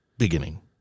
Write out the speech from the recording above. beginning